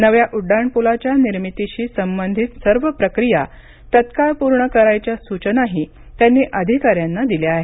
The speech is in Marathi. नव्या उड्डाण पुलाच्या निर्मितीशी संबंधित सर्व प्रक्रिया तात्काळ पूर्ण करायच्या सूचनाही त्यांनी अधिकाऱ्यांना दिल्या आहेत